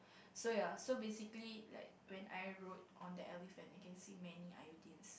so ya so basically like when I rode on the elephant I can see many iodine